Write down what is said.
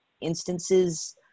instances